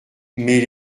mais